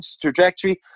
trajectory